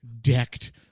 decked